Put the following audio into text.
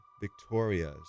Victoria's